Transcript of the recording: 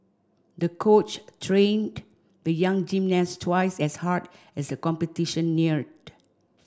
the coach trained the young gymnast twice as hard as the competition neared